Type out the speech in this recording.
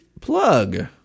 plug